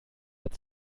hat